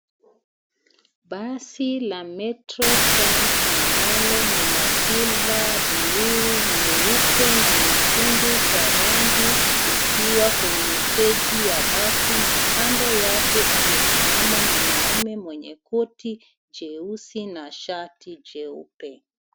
Basi la Metro Trans ambalo ni la silver blue , nyeupe na nyekundu kwa rangi likiwa kwenye steji ya basi na kando yake amesimama mwanaume mwenye koti jeusi na shati jeupe.